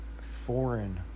foreign